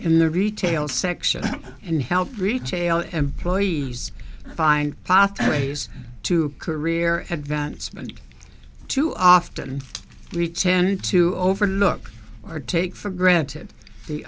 in the retail section and help retail employees find pathways to career advancement too often we tend to overlook or take for granted the